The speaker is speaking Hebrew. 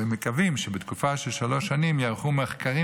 ומקווים שבתקופה של שלוש שנים ייערכו מחקרים